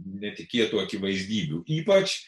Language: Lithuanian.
netikėtų akivaizdybių ypač